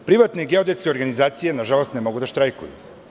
Privatne geodetske organizacije, nažalost, ne mogu da štrajkuju.